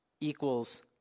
equals